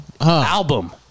Album